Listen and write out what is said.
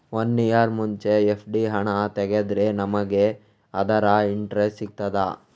One year ಮುಂಚೆ FD ಹಣ ತೆಗೆದ್ರೆ ನಮಗೆ ಅದರ ಇಂಟ್ರೆಸ್ಟ್ ಸಿಗ್ತದ?